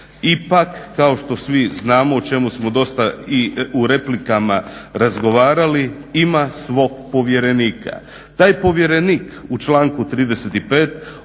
ipak kao što svi znamo o čemu smo dosta i u replikama razgovarali ima svog povjerenika. Taj povjerenik u članku